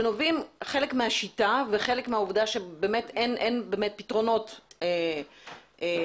שנובעים בחלקם מהשיטה וחלק מזה שאין פתרונות קלים.